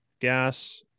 gas